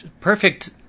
Perfect